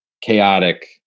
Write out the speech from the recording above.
chaotic